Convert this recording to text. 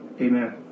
Amen